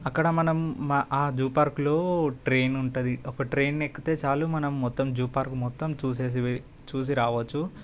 అక్కడ మనం ఆ జూ పార్క్లో ట్రైన్ ఉంటుంది ఒక ట్రైన్ ఎక్కితే చాలు మనం మొత్తం జూ పార్క్ మొత్తం చూసేసి చూసి రావచ్చు